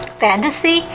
fantasy